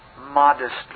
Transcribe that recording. modestly